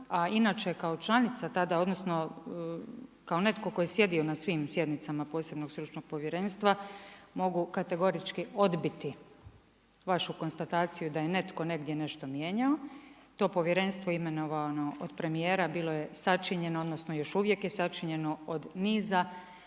a inače kao članica tada, odnosno kao netko tko je sjedio na svim sjednicama posebnog stručnog povjerenstva mogu kategorički odbiti vašu konstataciju da je netko negdje nešto mijenjao. To povjerenstvo imenovano od premijera bilo je sačinjeno odnosno još uvijek je sačinjeno od niza